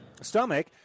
stomach